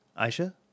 Aisha